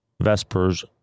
Vespers